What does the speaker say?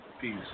Peace